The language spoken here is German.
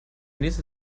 nächste